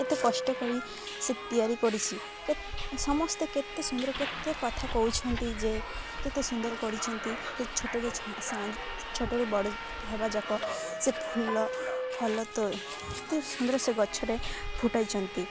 କେତେ କଷ୍ଟ କରି ସେ ତିଆରି କରିଛି କେ ସମସ୍ତେ କେତେ ସୁନ୍ଦର କେତେ କଥା କହୁଛନ୍ତି ଯେ କେତେ ସୁନ୍ଦର କରିଛନ୍ତି ସେ ଛୋଟ ଛୋଟ ବଡ଼ ହେବା ଯାକ ସେ ଫୁଲ ଫଲ ତ ଏତେ ସୁନ୍ଦର ସେ ଗଛ ରେ ଫୁଟାଇଛନ୍ତି